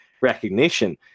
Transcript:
recognition